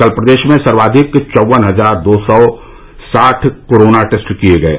कल प्रदेश में सर्वाधिक चौवन हजार दो सौ साठ कोरोना टेस्ट किये गये